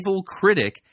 critic